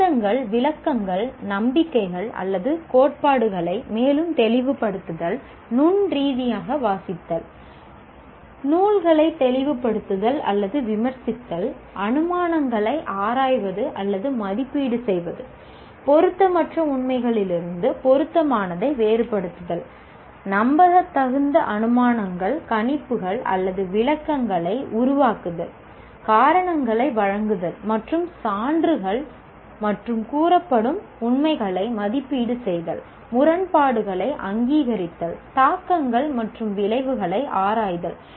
வாதங்கள் விளக்கங்கள் நம்பிக்கைகள் அல்லது கோட்பாடுகளை மேலும் தெளிவுபடுத்துதல் நுண் ரீதியாக வாசித்தல் நூல்களை தெளிவுபடுத்துதல் அல்லது விமர்சித்தல் அனுமானங்களை ஆராய்வது அல்லது மதிப்பீடு செய்தல் பொருத்தமற்ற உண்மைகளிலிருந்து பொருத்தமானதை வேறுபடுத்துதல் நம்பத்தகுந்த அனுமானங்கள் கணிப்புகள் அல்லது விளக்கங்களை உருவாக்குதல் காரணங்களை வழங்குதல் மற்றும் சான்றுகள் மற்றும் கூறப்படும் உண்மைகளை மதிப்பீடு செய்தல் முரண்பாடுகளை அங்கீகரித்தல் தாக்கங்கள் மற்றும் விளைவுகளை ஆராய்தல்